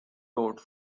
wrote